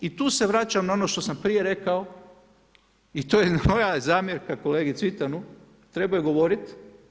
I tu se vraćam na ono što sam prije rekao i to je moja zamjerka kolegi Cvitanu, trebao je govoriti.